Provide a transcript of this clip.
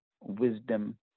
wisdom